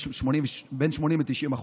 בין 80% ל-90%.